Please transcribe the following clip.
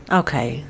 okay